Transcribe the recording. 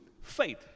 faith